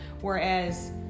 Whereas